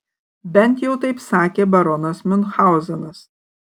bent jau taip sakė baronas miunchauzenas